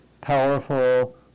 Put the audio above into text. powerful